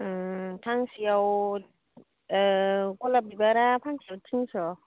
फांसेयाव गलाप बिबारा फांसेयाव टिनस'